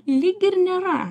lyg ir nėra